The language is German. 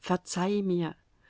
verzeih mir